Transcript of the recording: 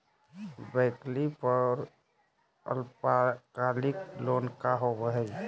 वैकल्पिक और अल्पकालिक लोन का होव हइ?